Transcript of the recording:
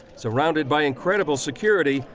surrounded by incredible security,